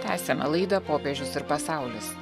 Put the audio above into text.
tęsiame laidą popiežius ir pasaulis